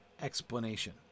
explanation